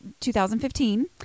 2015